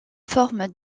forme